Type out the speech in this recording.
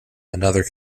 another